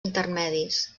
intermedis